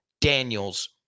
Daniels